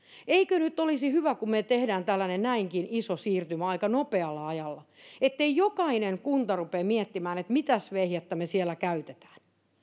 eikö nyt olisi hyvä kun tehdään tällainen näinkin iso siirtymä aika nopealla ajalla ettei jokainen kunta rupea miettimään että mitäs vehjettä siellä käytetään